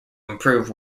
improve